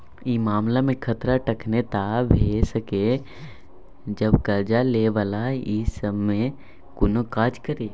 ई मामला में खतरा तखने टा भेय सकेए जब कर्जा लै बला ई सब में से कुनु काज करे